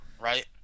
right